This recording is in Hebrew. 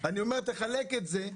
תחלק את זה.